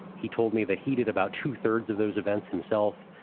he told me that he did about two thirds of those events himself.